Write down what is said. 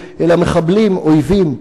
אלא מחבלים, אויבים.